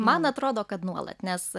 man atrodo kad nuolat nes